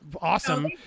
awesome